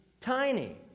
tiny